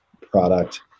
product